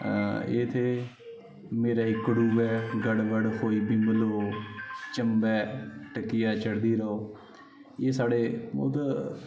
एह् थे मेरा इक्कडू ऐ गड़ बड़ होई बिमलो ओह् चम्वे ढक्किया चढ़दी रोह् एह् साढ़े मतलब